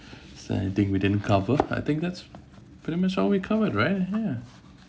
is there anything we didn't cover I think that's pretty much all we covered right ya